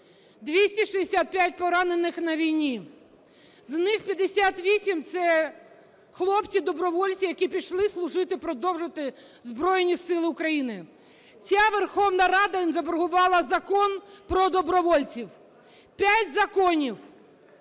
265 поранених на війні. З них 58 – це хлопці-добровольці, які пішли служити продовжувати в Збройні Сили України. Ця Верховна Рада їм заборгувала закон про добровольців, п'ять законів